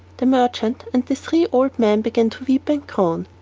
the merchant and the three old men began to weep and groan.